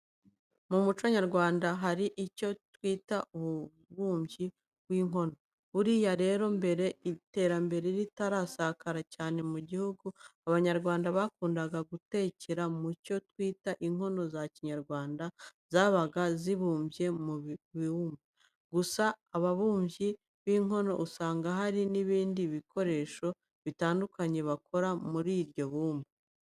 Mu muco nyarwanda hari icyo twita ububumbyi bw'inkono. Buriya rero mbere iterambere ritarasakara cyane mu gihugu, abanyarwanda bakundaga gutekera mu cyo twita inkono za Kinyarwanda zabaga zibumbye mu ibumba. Gusa ababumbyi b'inkono usanga hari n'ibindi bikoresho bitandukanye bakora muri iryo bumba.